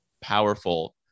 powerful